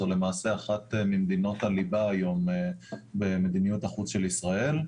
זו למעשה אחת ממדינות הליבה היום במדיניות החוץ של ישראל,